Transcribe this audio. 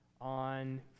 on